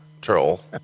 troll